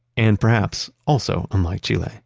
and perhaps also unlike chile,